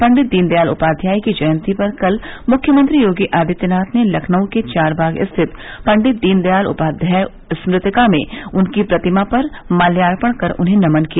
पंडित दीनदयाल उपाध्याय की जयन्ती पर कल मुख्यमंत्री योगी आदित्यनाथ ने लखनऊ के चारबाग स्थित पंडित दीनदयाल उपाध्याय स्मृतिका में उनकी प्रतिमा पर माल्यार्पण कर उन्हें नमन किया